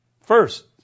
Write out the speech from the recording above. first